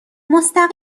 مستقیم